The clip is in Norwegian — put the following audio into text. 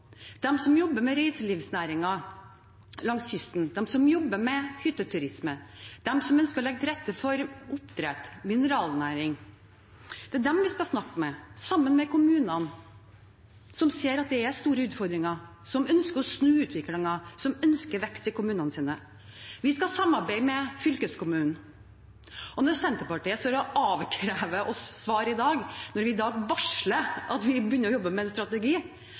som jobber i reiselivsnæringen langs kysten, de som jobber med hytteturisme, de som ønsker å legge til rette for oppdrett og mineralnæringen. Det er dem vi skal snakke med – sammen med kommunene, som ser at det er store utfordringer, som ønsker å snu utviklingen, som ønsker vekst i kommunene sine. Vi skal samarbeide med fylkeskommunene. Når Senterpartiet står og avkrever oss svar i dag, når vi i dag varsler at vi begynner å jobbe med en strategi,